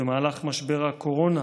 במהלך משבר הקורונה